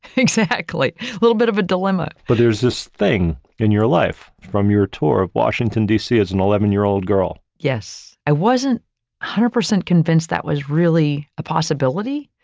exactly. a little bit of a dilemma. but there's this thing in your life from your tour of washington d. c. as an eleven year old girl. yes, i wasn't hundred percent convinced that was really a possibility.